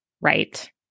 Right